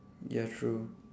ya true